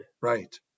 Right